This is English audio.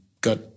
got